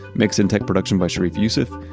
mix and tech production by sharif youssef.